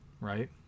right